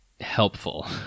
helpful